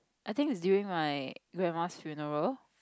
I think is during my grandma's funeral